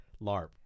larp